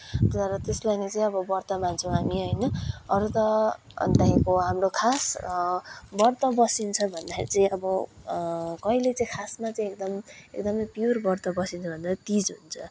तर त्यसलाई नै चाहिँ व्रत मान्छौँ हामी होइन अरू त अनि त्यहाँदेखिको हाम्रो खास व्रत बसिन्छ भन्दाखेरि चाहिँ अब कहिले चाहिँ खासमा चाहिँ एकदम एकदमै प्युर व्रत बसिन्छ भन्दा तिज हुन्छ